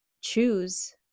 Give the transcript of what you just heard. choose